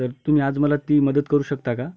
तर तुम्ही आज मला ती मदत करू शकता का